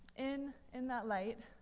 in in that light,